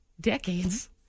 decades